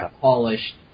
polished